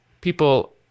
people